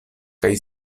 kaj